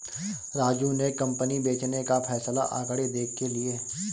राजू ने कंपनी बेचने का फैसला आंकड़े देख के लिए